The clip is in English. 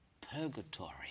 purgatory